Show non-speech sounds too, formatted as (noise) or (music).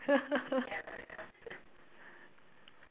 (laughs)